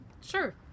sure